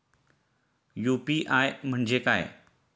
UPI म्हणजे काय?